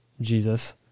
Jesus